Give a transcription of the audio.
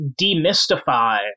demystify